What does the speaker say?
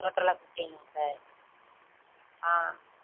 டோட்டலாக ஃபிஃப்ட்டீனா சார்